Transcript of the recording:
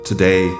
Today